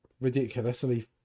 ridiculously